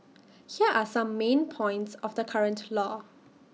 here are some main points of the current law